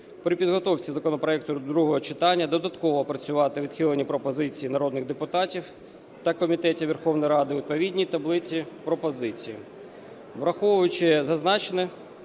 при підготовці законопроекту до другого читання додатково опрацювати відхилені пропозиції народних депутатів та комітетів Верховної Ради у відповідній таблиці пропозицій. Враховуючи зазначене,